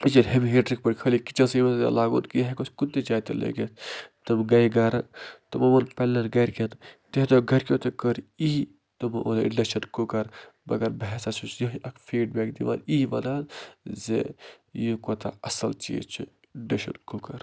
یہِ چھِنہٕ ہیٚمہِ ہیٖٹرٕکۍ پٲٹھۍ خٲلی کِچَنسٕے منٛز لاگُن کیٚنہہ یہِ ہٮ۪کَو أسۍ کُنہِ تہِ جایہِ تہِ لٲگِتھ تِم گٔے گَرٕ تِمَو ووٚن پَنٮ۪ن گَرِکٮ۪ن تِہٕندیِو گَرِکٮ۪و تہِ کٔر یی تِمَو اوٚن اِنڈَکشَن کُکَر مگر بہٕ ہسا چھُس یِہوٚے اکھ فیٖڈ بیک دِوان یی وَنان زِ یہِ کوٗتاہ اصل چیٖز چھِ اِنڈَکشَن کُکَر